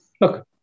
Look